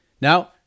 Now